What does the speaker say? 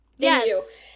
yes